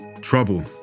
Trouble